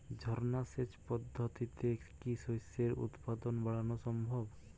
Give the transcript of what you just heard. ঝর্না সেচ পদ্ধতিতে কি শস্যের উৎপাদন বাড়ানো সম্ভব?